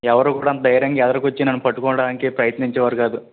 ఎవ్వరూ కూడా అంత ధైర్యంగా ఎదరకొచ్చి నన్ను పట్టుకోవడానికి ప్రయత్నించే వారు కాదు